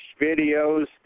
videos